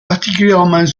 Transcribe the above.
particulièrement